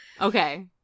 Okay